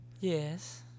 Yes